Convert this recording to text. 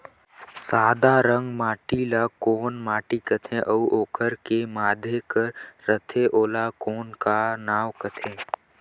सादा रंग कर माटी ला कौन माटी सकथे अउ ओकर के माधे कर रथे ओला कौन का नाव काथे?